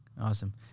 Awesome